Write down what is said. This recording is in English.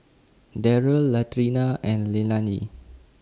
Darrell Latrina and Leilani